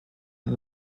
und